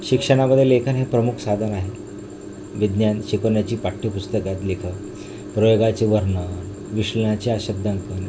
शिक्षणामध्ये लेखन हे प्रमुख साधन आहे विज्ञान शिकवण्याची पाठ्यपुस्तकात लेखक प्रयोगाचे वर्णन विष्लणाच्या शब्दांकन